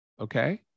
Okay